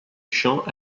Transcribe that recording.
chant